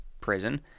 prison